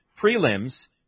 prelims